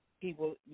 people